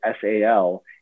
SAL